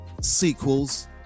sequels